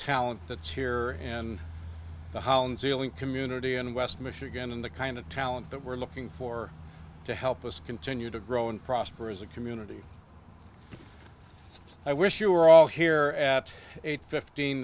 talent that's here and the hounds healing community and west michigan and the kind of talent that we're looking for to help us continue to grow and prosper as a community i wish you were all here at eight fifteen